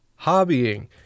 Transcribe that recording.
hobbying